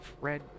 red